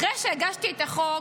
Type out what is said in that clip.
אחרי שהגשתי את החוק,